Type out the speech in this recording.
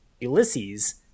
Ulysses